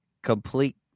Complete